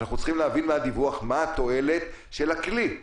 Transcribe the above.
אנחנו צריכים להבין מהדיווח מה התועלת של הכלי.